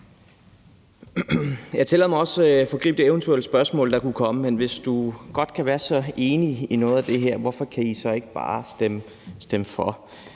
Jeg tillader mig også at foregribe det eventuelle spørgsmål, der kunne komme: Men hvis du godt kan være så enig i noget af det her, hvorfor kan I så ikke bare stemme for?